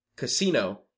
Casino